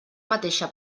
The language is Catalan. mateixa